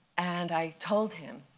and i told him.